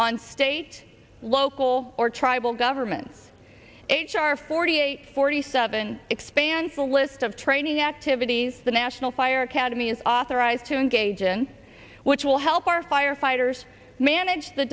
on state local or tribal government h r forty eight forty seven expand the list of training activities the national fire academy is authorized to engage in which will help our firefighters manage the